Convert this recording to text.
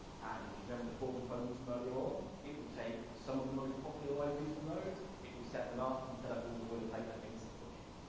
and if you remember the four components from earlier on, it will take some of the most popular libraries from those, it will set them up and set up all the boilerplate that links it for you.